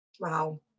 Wow